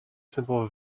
simple